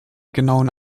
genauen